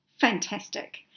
Fantastic